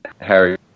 Harry